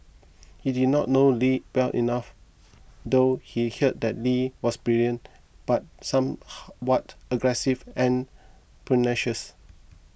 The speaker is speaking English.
he did not know Lee well enough though he heard that Lee was brilliant but somewhat aggressive and pugnacious